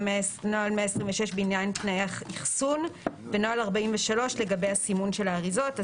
נוהל 126 בעניין האכסון ונוהל 43 לגבי הסימון של האריזות.